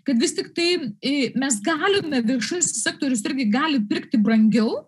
kad vis tiktai mes į galime viešasis sektorius irgi gali pirkti brangiau